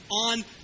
on